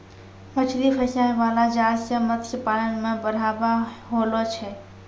मछली फसाय बाला जाल से मतस्य पालन मे बढ़ाबा होलो छै